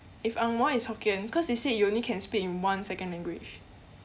if angmoh is hokkien cause they say you only can speak in one second language